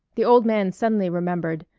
the old man suddenly remembered,